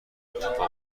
اتفاق